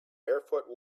barefoot